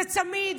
זה צמיד,